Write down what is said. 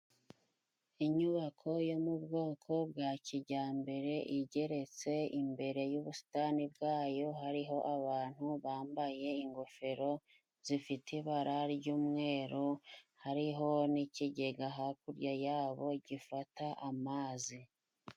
Inyubako yo mubwoko bwa kijyambere igeretse, imbere y'ubusitani bwayo hariho abantu bambaye ingofero zifite ibara ry'umweru, hariho n'ikigega hakurya yabo gifata amazi.